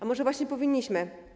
A może właśnie powinniśmy?